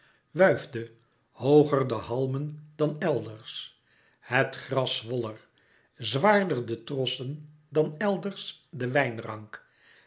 wuifde hooger de halmen dan elders het gras zwol er zwaarder de trossen dan elders de wijnrank